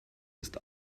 ist